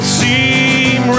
seem